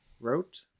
wrote